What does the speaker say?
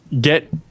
get